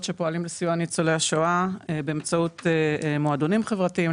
שפועלים לסיוע ניצולי השואה באמצעות מועדונים חברתיים,